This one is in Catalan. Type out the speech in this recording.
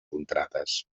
contrades